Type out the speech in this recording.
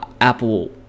Apple